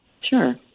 Sure